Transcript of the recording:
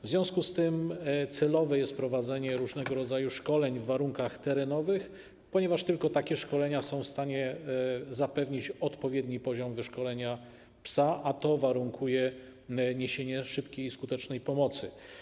W związku z tym celowe jest wprowadzenie różnego rodzaju szkoleń w warunkach terenowych, ponieważ tylko takie szkolenia są w stanie zapewnić odpowiedni poziom wyszkolenia psa, a to warunkuje niesienie szybkiej i skutecznej pomocy.